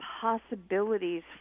possibilities